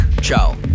Ciao